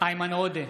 איימן עודה,